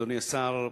אדוני השר,